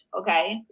okay